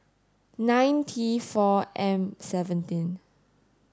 nine T four M seventeen